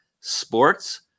sports